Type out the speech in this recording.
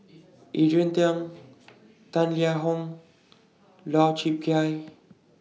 Adrian Tang Tan Liang Hong Lau Chiap Khai